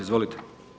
Izvolite.